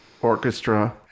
orchestra